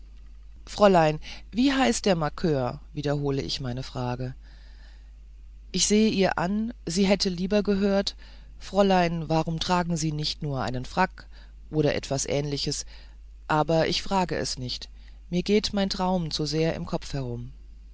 fräulein wie heißt der markör wiederhole ich meine frage ich sehe ihr an sie hätte lieber gehört fräulein warum tragen sie nicht nur einen frack oder etwas ähnliches aber ich frage es nicht mir geht mein traum zu sehr im kopf herum